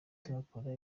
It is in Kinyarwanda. tugakora